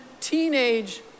teenage